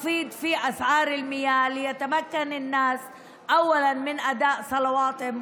הנחות במחירי המים כדי שהאנשים יוכלו לקיים את תפילותיהם